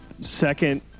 Second